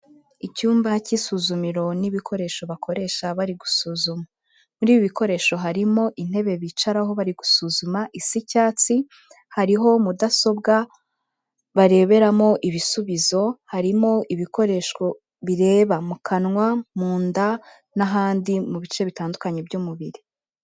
Icyumba cy'isuzumiriro n'ibikoresho bakoresha bari gusuzuma, muri ibi bikoresho harimo intebe bicaraho bari gusuzuma isa icyatsi, hariho mudasobwa bareberamo ibisubizo, harimo ibikoresho bireba mu kanwa munda n'ahandi mu bice bitandukanye by'umubiri.